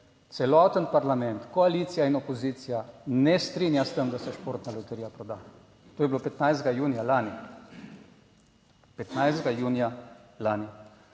celoten parlament, koalicija in opozicija ne strinja s tem, da se športna loterija proda. To je bilo 15. junija lani. 15. junija lani,